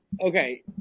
Okay